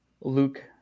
Luke